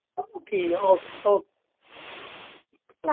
ठीक ऐ ओ ओ